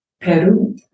Peru